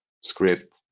script